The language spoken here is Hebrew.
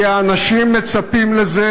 כי האנשים מצפים לזה.